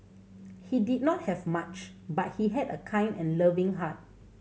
he did not have much but he had a kind and loving heart